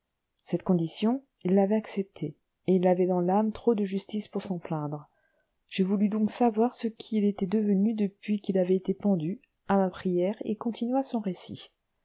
cette condition il l'avait acceptée et il avait dans l'âme trop de justice pour s'en plaindre je voulus donc savoir ce qu'il était devenu depuis qu'il avait été pendu à ma prière il continua son récit